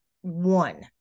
one